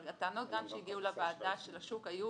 אבל הטענות שהגיעו לוועדה של השוק היו